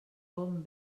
bon